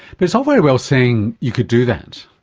but it's all very well saying you could do that,